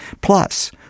Plus